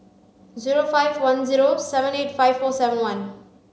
zero five one zero seven eight five four seven one